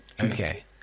Okay